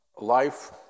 life